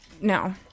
no